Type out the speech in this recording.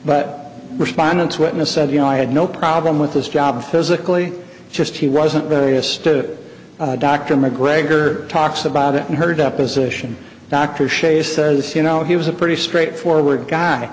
but respondants witness said you know i had no problem with this job physically just he wasn't very astute it doctor mcgregor talks about it in her deposition dr shay says you know he was a pretty straightforward guy